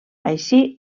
així